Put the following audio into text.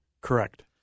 Correct